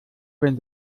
wenn